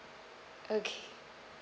okay